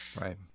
right